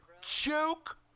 Joke